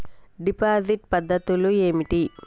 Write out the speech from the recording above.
Deposit పద్ధతులు ఏమిటి?